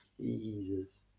Jesus